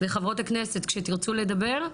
חברות הכנסת, כשתרצו לדבר,